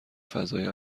فضای